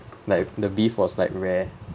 like the beef was like rare